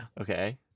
Okay